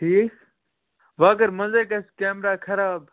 ٹھیٖک وۄنۍ اگر منٛزَے گژھِ کیمراہ خراب